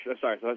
sorry